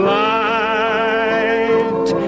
light